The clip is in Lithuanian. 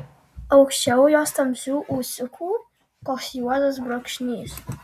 aukščiau jos tamsių ūsiukų koks juodas brūkšnys